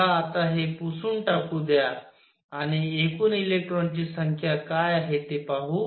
मला आता हे पुसून टाकू द्या आणि एकूण इलेक्ट्रॉनची संख्या काय आहे ते पाहू